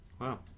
Wow